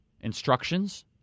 instructions